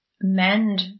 mend